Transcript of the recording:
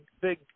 big